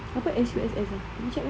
apa S_U_S_S eh cakap apa